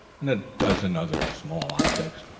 and a dozen other small objects.